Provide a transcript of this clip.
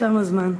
תם הזמן.